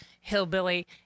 hillbilly